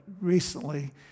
recently